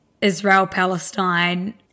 Israel-Palestine